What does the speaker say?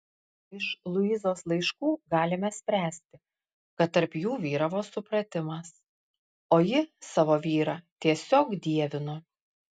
iš luizos laiškų galime spręsti kad tarp jų vyravo supratimas o ji savo vyrą tiesiog dievino